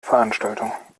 veranstaltung